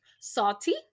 Salty